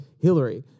Hillary